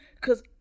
cause